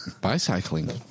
Bicycling